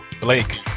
Blake